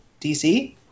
DC